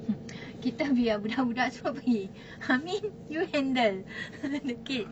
kita biar budak-budak semua pergi amin you handle the kids